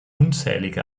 unzählige